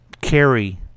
carry